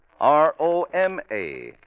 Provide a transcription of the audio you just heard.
R-O-M-A